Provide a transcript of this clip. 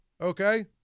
Okay